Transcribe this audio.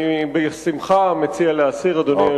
אני בשמחה מציע להסיר, אדוני היושב-ראש.